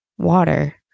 water